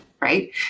right